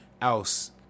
else